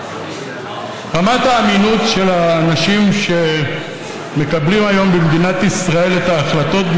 רמת האמינות של האנשים שמקבלים היום במדינת ישראל את ההחלטות,